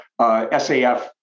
SAF